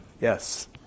Yes